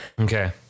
okay